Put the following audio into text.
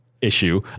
issue